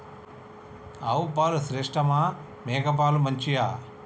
ఆవు పాలు శ్రేష్టమా మేక పాలు మంచియా?